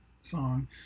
song